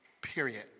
period